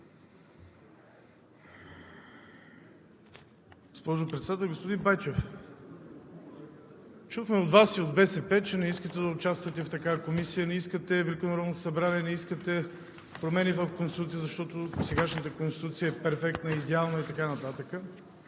Господин Байчев, чухме от Вас и от БСП, че не искате да участвате в такава комисия, не искате Велико народно събрание, не искате промени в Конституцията, защото сегашната Конституция е перфектна и идеална, и така нататък,